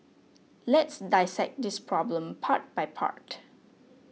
let's dissect this problem part by part